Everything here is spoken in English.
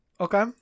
Okay